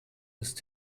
ist